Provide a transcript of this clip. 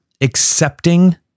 accepting